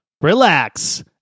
relax